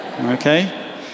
Okay